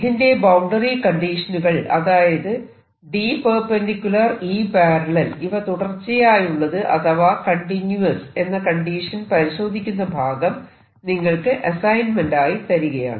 ഇതിന്റെ ബൌണ്ടറി കണ്ടീഷനുകൾ അതായത് D⟂ E∥ ഇവ തുടർച്ചയായുള്ളത് അഥവാ കണ്ടിന്യൂസ് എന്ന കണ്ടീഷനുകൾ പരിശോധിക്കുന്ന ഭാഗം നിങ്ങൾക്ക് അസൈൻമെന്റ് ആയി തരികയാണ്